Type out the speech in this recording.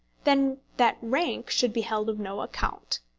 then that rank should be held of no account.